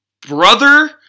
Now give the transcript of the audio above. brother